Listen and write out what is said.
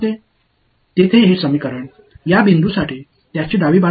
இங்கே இந்த சமன்பாடு இந்த புள்ளிகளுக்கு அதன் இடது புறம் என்ன